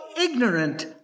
ignorant